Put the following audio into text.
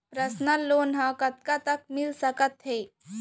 Personal loan ह कतका तक मिलिस सकथे?